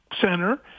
center